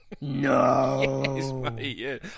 No